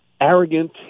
arrogant